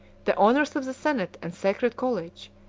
the honors of the senate and sacred college,